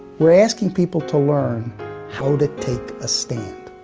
we're asking people to learn how to take a stand.